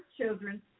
children